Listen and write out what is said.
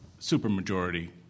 supermajority